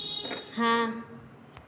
हाँ